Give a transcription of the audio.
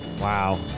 Wow